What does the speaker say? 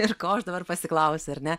ir ko aš dabar pasiklausiu ar ne